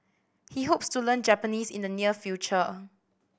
he hopes to learn Japanese in the near future